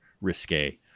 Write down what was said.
risque